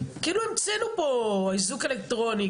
כאילו המצאנו פה איזוק אלקטרוני,